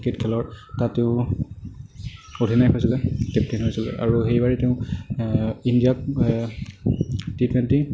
cricket খেলৰ তাত তেওঁ অধিনায়ক হৈছিলে কেপ্তেইন হৈছিলে আৰু সেইবাৰেই তেওঁ ইণ্ডিয়াত টি টুৱেন্টি